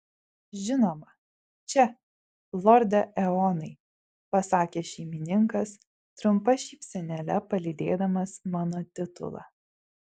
žinoma čia lorde eonai pasakė šeimininkas trumpa šypsenėle palydėdamas mano titulą